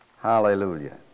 Hallelujah